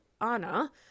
Anna